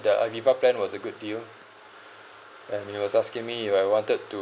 the Aviva plan was a good deal and he was asking me if I wanted to